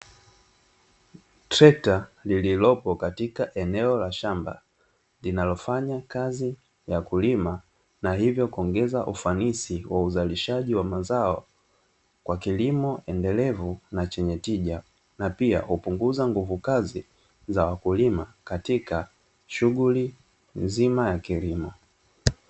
Trekta lililopo katika eneo la shamba, linalofanya kazi ya kulima na hivyo kuongeza ufanisi wa uzalishaji wa mazao, kwa kilimo endelevu na chenye tija, na pia hupunguza nguvu kazi za wakulima katika shughuli nzima ya kilimo.